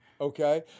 okay